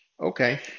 okay